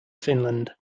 finland